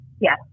Yes